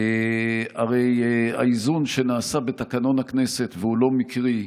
הרי האיזון שנעשה בתקנון הכנסת, והוא לא מקרי,